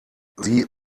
sie